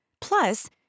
Plus